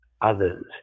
others